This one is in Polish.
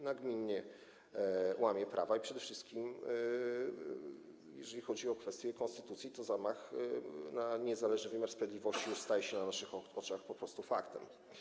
Nagminnie łamie prawo i przede wszystkim, jeżeli chodzi o kwestie konstytucji, to zamach na niezależny wymiar sprawiedliwości już staje się na naszych oczach po prostu faktem.